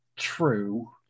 true